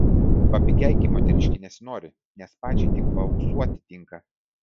papigiai gi moteriškei nesinori nes pačiai tik paauksuoti tinka